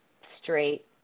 straight